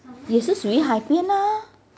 也是属于海边 ah